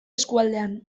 eskualdean